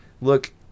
look